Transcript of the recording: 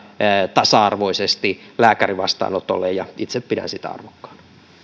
tasa arvoisesti lääkärin vastaanotolle ja itse pidän sitä arvokkaana